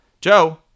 Joe